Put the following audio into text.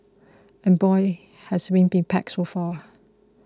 and boy has been be packed so far